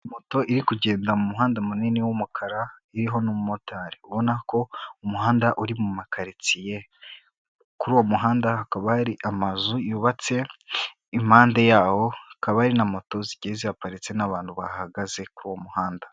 Moto iri kugenda mu muhanda munini w'umukara iriho n'umumotari, ubona ko umuhanda uri mu makaritsiye kuri uwo muhanda hakaba hari amazu yubatse impande yawo, hakaba hari na moto zigiye ziparitse n'abantu bahagaze kuri uwo muhanda.